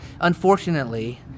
unfortunately